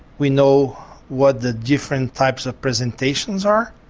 we know what the different types of presentations are,